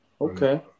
Okay